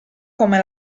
come